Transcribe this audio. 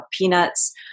peanuts